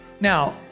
Now